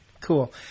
cool